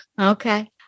Okay